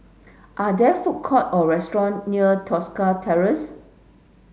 are there food court or restaurant near Tosca Terrace